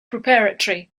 preparatory